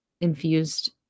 infused